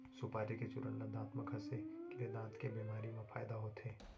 सुपारी के चूरन ल दांत म घँसे ले दांत के बेमारी म फायदा होथे